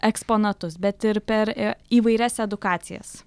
eksponatus bet ir per įvairias edukacijas